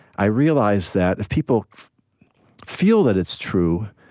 i realize that if people feel that it's true,